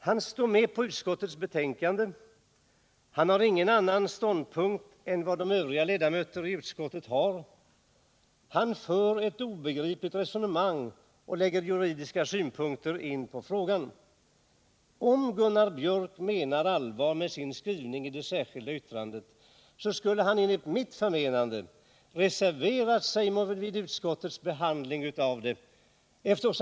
Han står bakom utskottets betänkande och har ingen annan ståndpunkt än de övriga ledamöterna i utskottet. Han för ett obegripligt resonemang och anlägger juridiska synpunkter på frågan. Om Gunnar Biörck menar allvar med skrivningen i sitt särskilda yttrande, skulle han enligt mitt förmenande ha reserverat sig vid utskottets behandling av detta ärende.